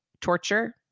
torture